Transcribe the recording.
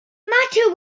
matter